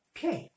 Okay